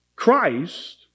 Christ